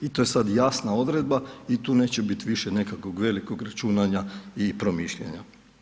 I to je sada jasna odredba i tu neće biti više nekakvog velikog računanja i promišljanja.